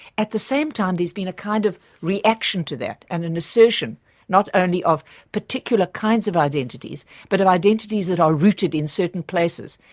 at the same time there's been a kind of reaction to that and an assertion not only of particular kinds of identities but of identities that are rooted in certain places,